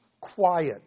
quiet